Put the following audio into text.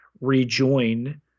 rejoin